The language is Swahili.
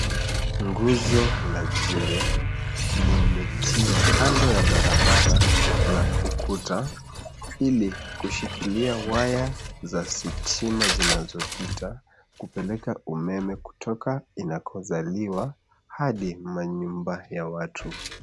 Nguzo la jiwe limetiwa kando ya barabara na ukuta ili kushiklia waya za stima zinazopita kupeleka umeme kutoka inakozaliwa hadi manyumba ya watu.